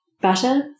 butter